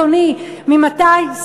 אדוני היושב-ראש,